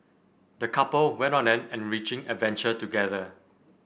the couple went on an enriching adventure together